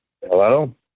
Hello